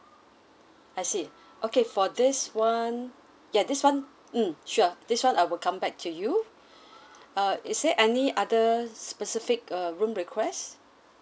I see okay for this [one] ya this [one] mm sure this [one] I will come back to you uh is there any other specific uh room request